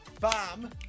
bam